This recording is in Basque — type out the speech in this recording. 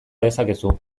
dezakezu